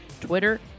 Twitter